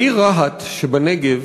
העיר רהט שבנגב